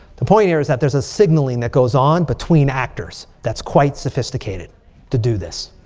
the point here is that there's a signaling that goes on between actors that's quite sophisticated to do this.